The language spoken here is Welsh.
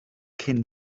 cyn